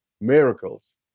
Miracles